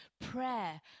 Prayer